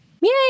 Yay